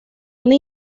una